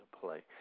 play